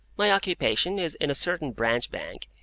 my occupation is in a certain branch bank,